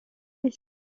est